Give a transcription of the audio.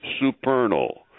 supernal